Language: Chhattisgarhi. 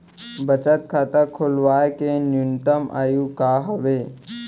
बचत खाता खोलवाय के न्यूनतम आयु का हवे?